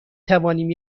توانیم